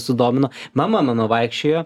sudomino mama mano vaikščiojo